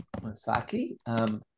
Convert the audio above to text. Masaki